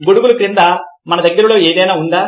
గొడుగుల క్రింద మన దగ్గర ఏదైనా ఉందా